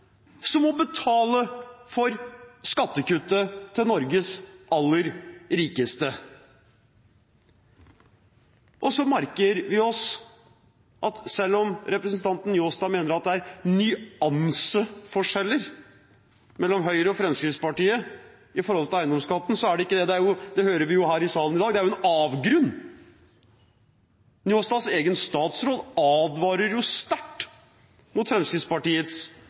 som må betale for skattekuttet til Norges aller rikeste. Så merker vi oss at selv om representanten Njåstad mener at det er nyanseforskjeller mellom Høyre og Fremskrittspartiet når det gjelder eiendomsskatten, så er det ikke det. Det hører vi her i salen i dag, det er jo en avgrunn. Njåstads egen statsråd advarer sterkt mot Fremskrittspartiets